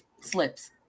slips